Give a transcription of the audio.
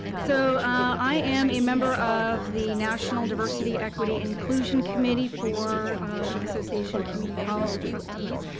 so i am a member of the national diversity equity inclusion committee for the association community college of trustees.